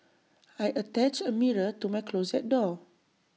I attached A mirror to my closet door